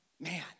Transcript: Man